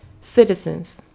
Citizens